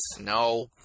No